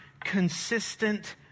consistent